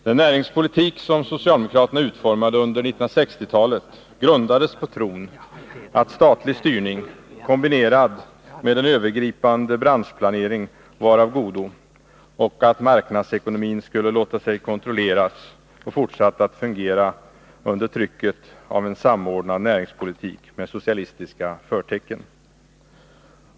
Den näringspolitik som socialdemokraterna utformade under 1960-talet grundades på tron att statlig styrning, kombinerad med en övergripande branschplanering, var av godo och att marknadsekonomin skulle låta sig kontrolleras och fortsätta att fungera under trycket av en samordnad näringspolitik med socialistiska förtecken.